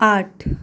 आठ